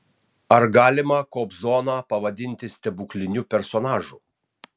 ar galima kobzoną pavadinti stebukliniu personažu